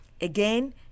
again